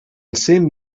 same